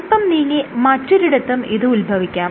അല്പം നീങ്ങി മറ്റൊരിടത്തും ഇത് ഉത്ഭവിക്കാം